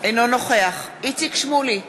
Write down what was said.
אינו נוכח איציק שמולי,